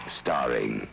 starring